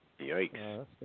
Yikes